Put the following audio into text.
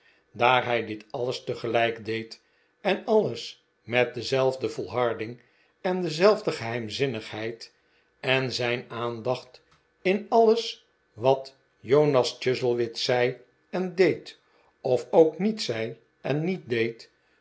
daar hij dit alles tegelijk deed en alles met dezelfde volharding en dezelfde geheimzinnigheid en zijn aandacht in alles wat jonas chuzzlewit zei en deed of ook niet zei en niet deed